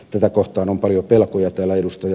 tätä kohtaan on paljon pelkoja täällä ed